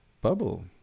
bubble